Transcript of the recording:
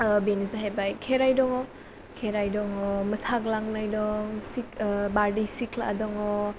ओ बेनो जाहैबाय खेराइ दङ खेराइ दङ मोसाग्लांनाय दं सिख ओ बारदैसिख्ला दङ